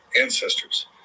ancestors